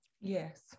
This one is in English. yes